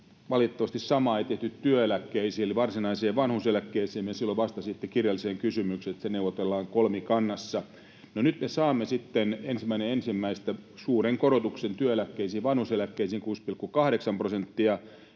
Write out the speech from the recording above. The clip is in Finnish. Valitettavasti samaa ei tehty työeläkkeisiin eli varsinaiseen vanhuuseläkkeeseen, ja silloin vastasitte kirjalliseen kysymykseen, että se neuvotellaan kolmikannassa. No nyt me saamme sitten 1.1. suuren korotuksen työeläkkeisiin ja vanhuuseläkkeisiin, 6,8 prosenttia,